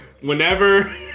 whenever